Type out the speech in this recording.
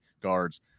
guards